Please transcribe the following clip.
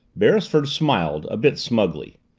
beresford smiled, a bit smugly.